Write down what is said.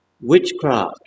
witchcraft